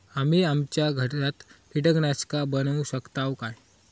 आम्ही आमच्या घरात कीटकनाशका बनवू शकताव काय?